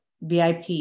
VIP